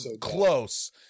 close